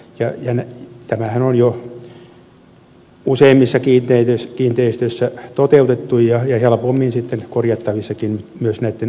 tämähän on jo useimmissa kiinteistöissä toteutettu ja helpommin sitten korjattavissakin myös näitten uusien vaatimusten tasolle